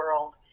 world